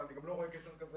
אבל אני גם לא רואה קשר כזה